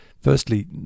firstly